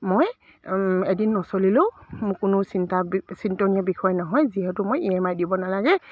মই এদিন নচলিলেও মোৰ কোনো চিন্তা চিন্তনীয়া বিষয় নহয় যিহেতু মই ই এম আই দিব নালাগে